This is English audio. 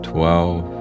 Twelve